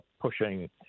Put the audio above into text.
pushing